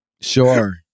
Sure